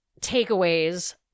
takeaways